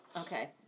Okay